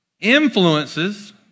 influences